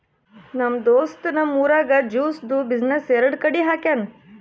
ನಮ್ ದೋಸ್ತ್ ನಮ್ ಊರಾಗ್ ಜ್ಯೂಸ್ದು ಬಿಸಿನ್ನೆಸ್ ಎರಡು ಕಡಿ ಹಾಕ್ಯಾನ್